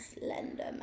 Slender